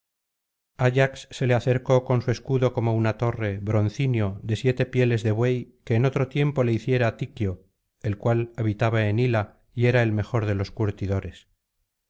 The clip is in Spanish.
ayax se le acercó con su escudo como una torre broncíneo de siete pieles de buey que en otro tiempo le hiciera tiquio el cual habitaba en hila y era el mejor de los curtidores